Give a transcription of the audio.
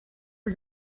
are